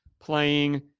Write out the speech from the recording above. playing